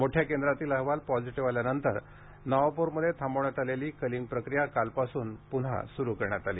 मोठ्या केंद्रातील अहवाल पॉझिटीव्ह आल्यानंतर नवाप्रमध्ये थांबवण्यात आलेली कलिंग प्रक्रिया कालपासून पून्हा सुरू करण्यात आली